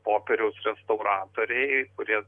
popieriaus restauratoriai kurie